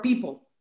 people